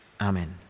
Amen